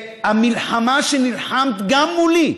המלחמה שנלחמת, גם מולי,